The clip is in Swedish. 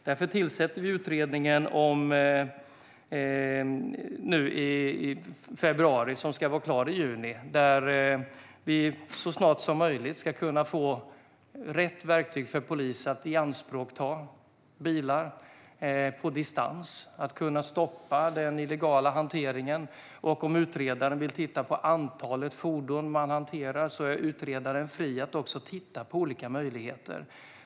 Därför tillsätter vi nu i februari en utredning som ska vara klar i juni. Därigenom ska vi så snart som möjligt kunna få rätt verktyg för polisen att ianspråkta bilar på distans och stoppa den illegala hanteringen. Om utredaren också vill titta på antalet fordon man hanterar är utredaren fri att titta på olika möjligheter.